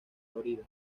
florida